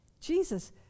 Jesus